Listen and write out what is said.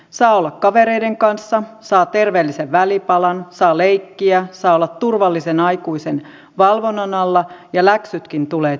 saa olla kavereiden kanssa saa terveellisen välipalan saa leikkiä saa olla turvallisen aikuisen valvonnan alla ja läksytkin tulevat tehdyksi